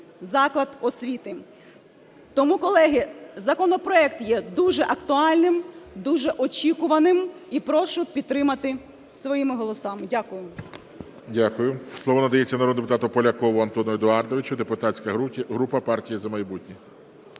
заклад освіти. Тому, колеги, законопроект є дуже актуальним, дуже очікуваним і прошу підтримати своїми голосами. Дякую.